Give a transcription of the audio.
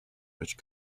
which